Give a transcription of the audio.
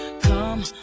Come